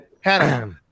Hannah